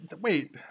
wait